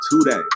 today